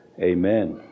Amen